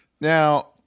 Now